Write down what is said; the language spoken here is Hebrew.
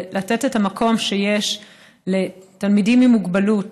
ולתת את המקום שיש לתלמידים עם מוגבלות,